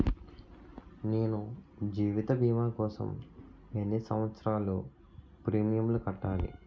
నేను జీవిత భీమా కోసం ఎన్ని సంవత్సారాలు ప్రీమియంలు కట్టాలి?